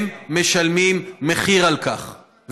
הם משלמים מחיר על כך.